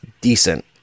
decent